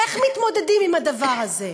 איך מתמודדים עם הדבר הזה?